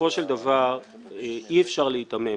בסופו של דבר אי אפשר להיתמם.